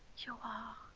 you are,